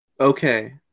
Okay